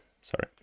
sorry